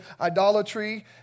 idolatry